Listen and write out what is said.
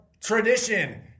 tradition